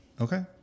Okay